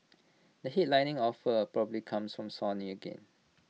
the headlining offer probably comes from Sony again